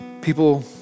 People